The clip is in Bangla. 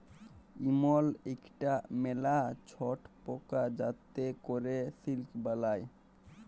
ইমল ইকটা ম্যালা ছট পকা যাতে ক্যরে সিল্ক বালাই